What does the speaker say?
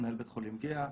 מנהל בית חולים "גהה".